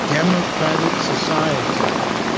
democratic society,